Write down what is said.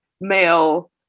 male